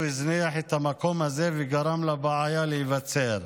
הזניח את המקום הזה וגרם לבעיה להיווצר.